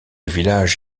village